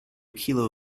kilo